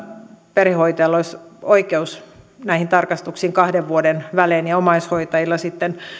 perhehoitajalla olisi oikeus näihin tarkastuksiin kahden vuoden välein ja omaishoitajille sitten